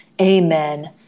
amen